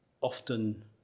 often